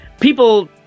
people